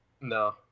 No